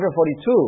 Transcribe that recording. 142